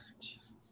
Jesus